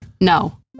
No